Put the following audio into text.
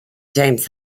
james